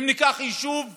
אם ניקח יישוב אחר,